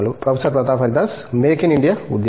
professor Pratap Haridas make in India ఉద్యమం